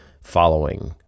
following